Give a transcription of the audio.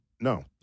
no